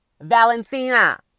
Valentina